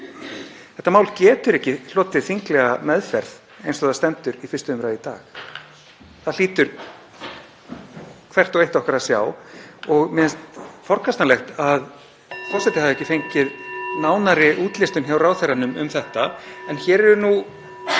Þetta mál getur ekki hlotið þinglega meðferð eins og það stendur í 1. umr. í dag. Það hlýtur hvert og eitt okkar að sjá. Mér finnst forkastanlegt að forseti hafi (Forseti hringir.) ekki fengið nánari útlistun hjá ráðherranum um þetta. En hér eru nú